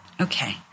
Okay